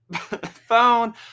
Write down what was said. phone